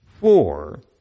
four